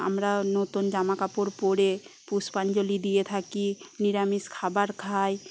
আমরা নতুন জামাকাপড় পরে পুষ্পাঞ্জলি দিয়ে থাকি নিরামিষ খাবার খাই